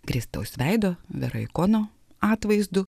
kristaus veido vera ikono atvaizdu